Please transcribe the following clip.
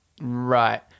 Right